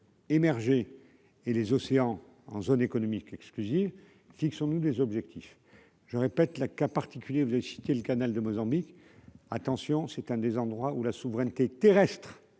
émergées et les océans en zone économique exclusive, fixons-nous des objectifs, je répète la cas particulier, vous avez cité, le canal de Mozambique : attention, c'est un des endroits où la souveraineté terrestre